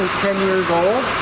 years old